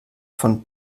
von